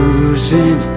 Losing